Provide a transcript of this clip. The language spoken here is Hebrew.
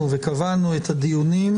וקבענו את הדיונים